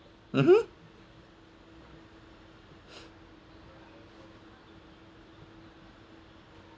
mmhmm